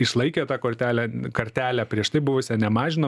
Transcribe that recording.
išlaikė tą kortelę kartelę prieš tai buvusią nemažinom